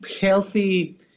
healthy